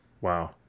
Wow